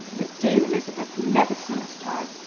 but dear elizabeth never seems tired,